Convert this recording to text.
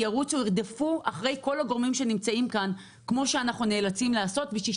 וירדפו אחרי כל הגורמים שנמצאים כאן כמו שאנחנו נאלצים לעשות כדי